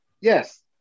yes